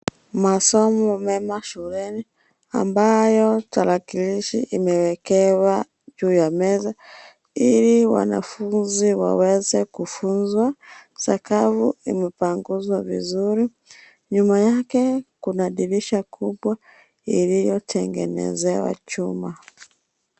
Masomo mema shuleni ambayo tarakilishi imewekewa juu ya meza ili wanafunzi waweze kufunzwa, sakafu imepanguzwa vizuri , nyuma yake kuna dirisha kubwa iliyotengenezewa chuma.